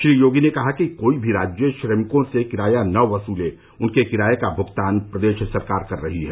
श्री योगी ने कहा कि कोई भी राज्य श्रमिकों से किराया न वसूले उनके किराये का भुगतान प्रदेश सरकार कर रही है